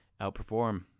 outperform